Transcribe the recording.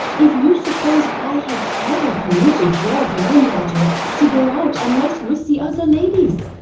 if you suppose i have ever permitted your grand-daughter to go out unless with the other ladies.